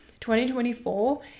2024